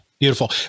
Beautiful